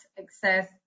access